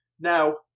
Now